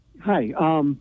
Hi